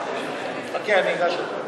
אני אגש אליה.